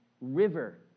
river